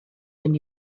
when